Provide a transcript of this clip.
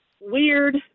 weird